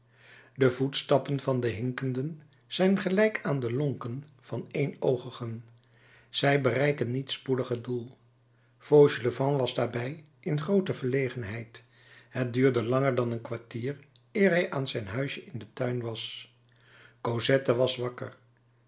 de voetstappen van hinkenden zijn gelijk aan de lonken van éénoogigen zij bereiken niet spoedig het doel fauchelevent was daarbij in groote verlegenheid het duurde langer dan een kwartier eer hij aan zijn huisje in den tuin was cosette was wakker